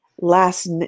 last